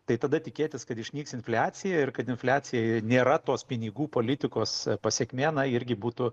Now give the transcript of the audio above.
tai tada tikėtis kad išnyks infliacija ir kad infliacija nėra tos pinigų politikos pasekmė na irgi būtų